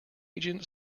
agent